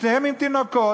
שתיהן עם תינוקות,